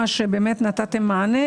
יש יישובים שנמצאים בקרבת יערות.